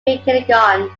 kindergarten